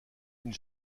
une